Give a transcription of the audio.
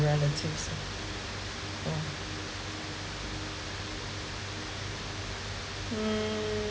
relatives ah yeah hmm